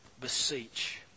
beseech